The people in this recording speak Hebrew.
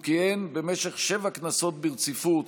הוא כיהן במשך שבע כנסות ברציפות,